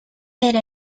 era